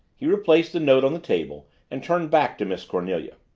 he replaced the note on the table and turned back to miss cornelia.